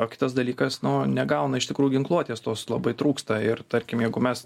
o kitas dalykas nu negauna iš tikrųjų ginkluotės tos labai trūksta ir tarkim jeigu mes